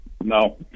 No